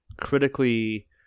critically